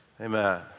Amen